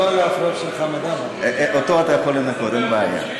לא, אותו אתה יכול לנכות, אין בעיה.